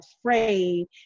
afraid